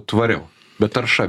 tvariau bet tarša